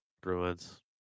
Bruins